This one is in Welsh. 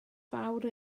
fawr